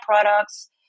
products